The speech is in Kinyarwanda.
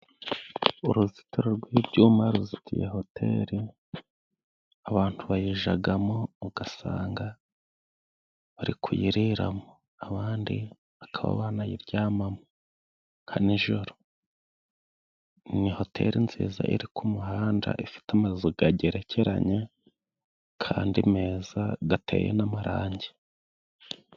Uruzitiro rw'ibyuma ruzitiye hoteri. Abantu bayijyamo ugasanga bari kuyiriramo, abandi bakaba banayiryamamo nka nijoro. Ni hoteri nziza iri ku muhanda, ifite amazu agerekeranye kandi meza ateye amarangi.